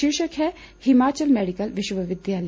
शीर्षक है हिमाचल मेडिकल विश्वविद्यालय